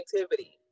activity